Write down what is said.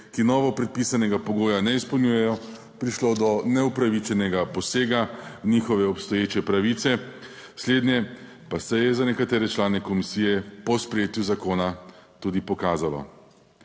ki novo predpisanega pogoja ne izpolnjujejo, prišlo do neupravičenega posega v njihove obstoječe pravice. Slednje pa se je za nekatere člane komisije po sprejetju zakona tudi pokazalo.